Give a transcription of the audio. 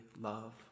love